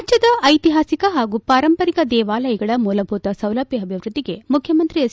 ರಾಜ್ಯದ ಐತಿಹಾಸಿಕ ಹಾಗೂ ಪಾರಂಪರಿಕ ದೇವಾಲಯಗಳ ಮೂಲಭೂತ ಸೌಲಭ್ಯ ಅಭಿವೃದ್ಧಿಗೆ ಮುಖ್ಯಮಂತ್ರಿ ಎಚ್